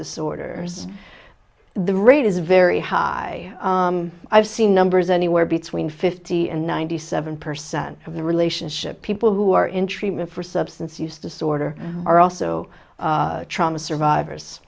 disorders the rate is very high i've seen numbers anywhere between fifty and ninety seven percent of the relationship people who are in treatment for substance use disorder are also trauma survivors